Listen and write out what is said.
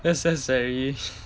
that's that's very